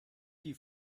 die